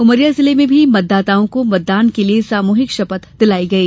उमरिया जिले में भी मतदाताओं को मतदान के लिये सामुहिक शपथ दिलाई गई